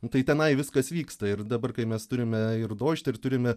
nu tai tenai viskas vyksta ir dabar kai mes turime ir dožd ir turime